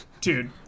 Dude